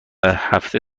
هفته